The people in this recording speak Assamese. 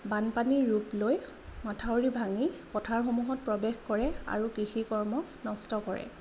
বানপানীৰ ৰূপ লৈ মথাউৰি ভাঙি পথাৰসমূহত প্ৰৱেশ কৰে আৰু কৃষি কৰ্ম নষ্ট কৰে